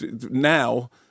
now